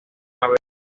haber